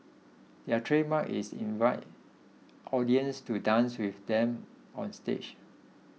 their trademark is invite audience to dance with them onstage